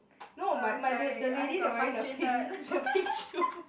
no my my the the lady wearing the pink the pink shoe~